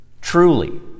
truly